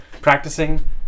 practicing